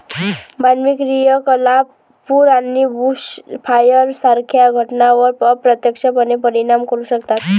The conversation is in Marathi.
मानवी क्रियाकलाप पूर आणि बुशफायर सारख्या घटनांवर अप्रत्यक्षपणे परिणाम करू शकतात